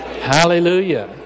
Hallelujah